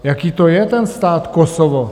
Jaké to je, ten stát Kosovo?